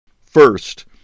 First